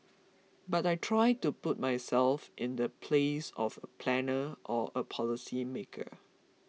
but I try to put myself in the place of a planner or a policy maker